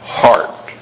heart